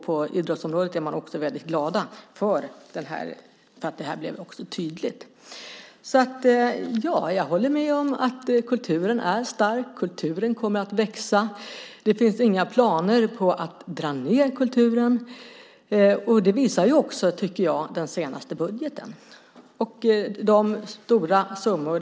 På idrottsområdet är man också väldigt glad för att det här blev tydligt. Jag håller med om att kulturen är stark. Kulturen kommer att växa. Det finns inga planer på att dra ned på kulturen. Det visar också, tycker jag, den senaste budgeten och de stora summorna.